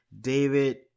David